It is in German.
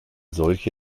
solche